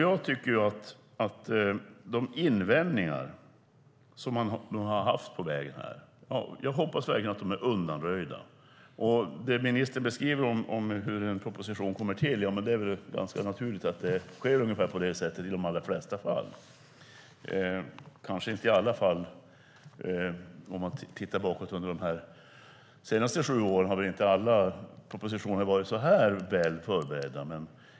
Jag hoppas verkligen att de invändningar som funnits på vägen nu är undanröjda. Ministern beskriver hur en proposition kommer till. Det är väl ganska naturligt att det sker ungefär på det sättet i de allra flesta fall. Kanske har det inte varit så i samtliga fall. Om vi tittar bakåt på de senaste sju åren ser vi att alla propositioner inte har varit så här väl förberedda.